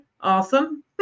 Awesome